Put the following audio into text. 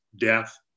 death